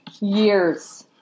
years